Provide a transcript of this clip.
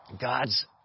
God's